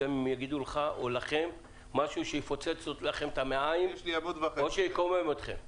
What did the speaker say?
גם אם יגידו לך או לכם משהו שיפוצץ לכם את המעיים או שיקומם אתכם.